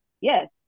Yes